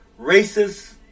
racist